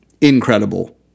incredible